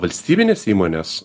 valstybinės įmonės